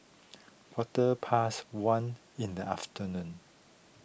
quarter past one in the afternoon